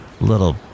Little